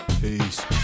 Peace